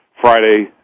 Friday